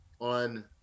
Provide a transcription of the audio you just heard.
on